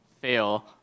fail